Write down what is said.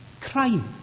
crime